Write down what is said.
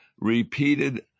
repeated